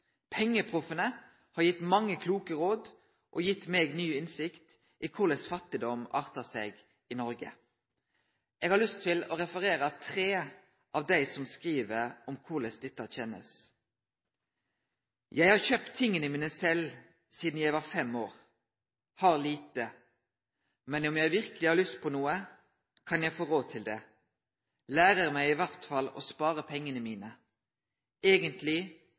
«PengeProffene» har gitt mange kloke råd og gitt meg ny innsikt i korleis fattigdom artar seg i Noreg. Eg har lyst til å referere tre av dei som skriv om korleis dette kjennest: «Jeg har kjøpt tingene mine selv siden jeg var 5 år. Har lite, men om jeg virkelig har lyst på noe, kan jeg få råd til det. Lærer meg i hvert fall å spare pengene mine. Egentlig